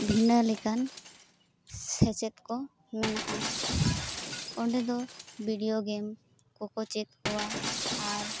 ᱵᱷᱤᱱᱟᱹ ᱞᱮᱠᱟᱱ ᱥᱮᱪᱮᱫ ᱠᱚ ᱢᱮᱱᱟᱜᱼᱟ ᱚᱸᱰᱮ ᱫᱚ ᱵᱤᱰᱭᱳ ᱜᱮᱢ ᱠᱚᱠᱚ ᱪᱮᱫ ᱠᱚᱣᱟ ᱟᱨ